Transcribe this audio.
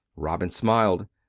robin smiled.